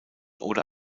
oder